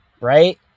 right